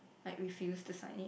like refuse to sign it